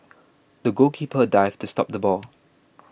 the goalkeeper dived to stop the ball